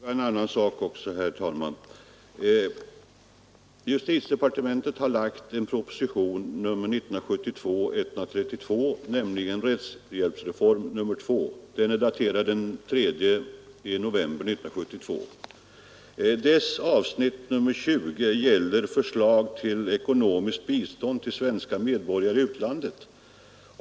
Herr talman! Får jag fråga en annan sak också. Justitiedepartementet har lagt fram en proposition, nr 132 år 1972, som heter Rättshjälpsreform II. Den är daterad den 3 november 1972. Bilaga nr 4 innehåller förslag till lag om ekonomiskt bistånd till svenska medborgare i utlandet.